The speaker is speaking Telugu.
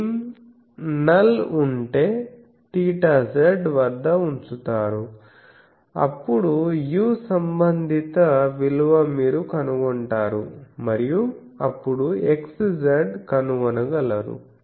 భీమ్ నల్ ఉంటే θz వద్ద ఉంచుతారుఅప్పుడు u సంబంధిత విలువ మీరు కనుగొంటారు మరియు అప్పుడు xz కనుగొనగలరు